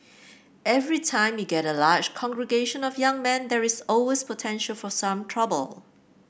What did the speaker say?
every time you get a large congregation of young men there is always potential for some trouble